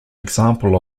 example